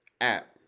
app